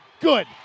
Good